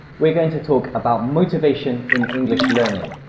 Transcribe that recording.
we're going to talk about motivation in english learning.